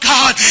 God